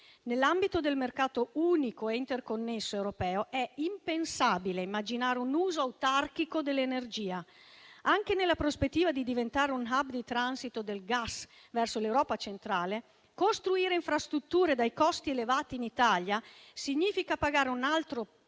Nell'ambito del mercato unico e interconnesso europeo è impensabile immaginare un uso autarchico dell'energia: anche nella prospettiva di diventare un *hub* di transito del gas verso l'Europa centrale, costruire infrastrutture dai costi elevati in Italia significa pagare un alto